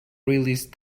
release